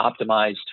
optimized